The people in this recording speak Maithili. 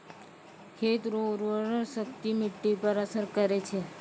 खेत रो उर्वराशक्ति मिट्टी पर असर करै छै